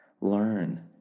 Learn